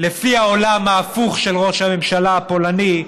לפי העולם ההפוך של ראש הממשלה הפולני,